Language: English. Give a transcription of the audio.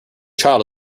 child